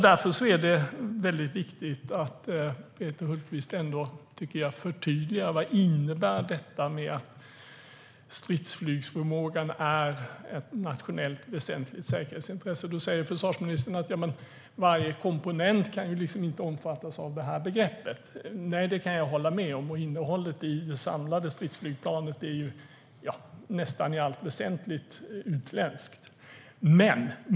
Därför är det väldigt viktigt att Peter Hultqvist ändå förtydligar: Vad innebär det att stridsflygsförmågan är ett nationellt väsentligt säkerhetsintresse? Förvarsministern säger att varje komponent inte kan omfattas av det begreppet. Nej, det kan jag hålla med om. Innehållet i det samlade stridsflygplanet är nästan i allt väsentligt utländskt. Fru talman!